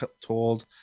told